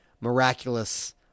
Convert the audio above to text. miraculous